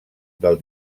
del